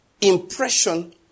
impression